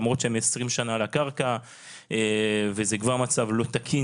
למרות שהם 20 שנה על הקרקע וזה כבר מצב לא תקין